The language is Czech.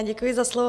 Děkuji za slovo.